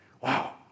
wow